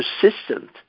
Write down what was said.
persistent